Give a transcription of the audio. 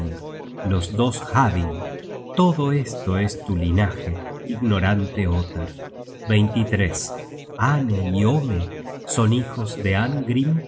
los dos hadding todo esto es tu linaje ignorante ottar ale y orne son hijos de